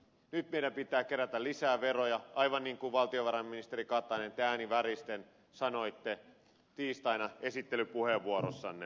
nyt meidän pitää kerätä lisää veroja aivan niin kuin valtiovarainministeri katainen te ääni väristen sanoitte tiistaina esittelypuheenvuorossanne